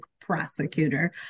prosecutor